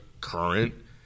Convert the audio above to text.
current